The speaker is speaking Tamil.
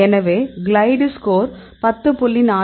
எனவே கிளைடு ஸ்கோர் 10